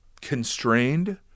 constrained